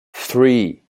three